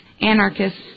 anarchists